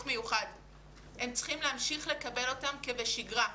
מיוחד הם צריכים להמשיך לקבל אותם כבשגרה.